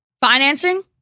Financing